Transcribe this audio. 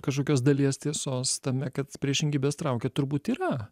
kažkokios dalies tiesos tame kad priešingybės traukia turbūt yra